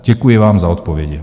Děkuji vám za odpovědi.